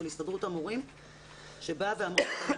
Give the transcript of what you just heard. של הסתדרות המורים שבאה ואמרה לגננות,